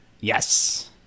Yes